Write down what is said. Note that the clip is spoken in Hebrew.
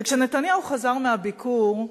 וכשנתניהו חזר מהביקור,